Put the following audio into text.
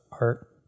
art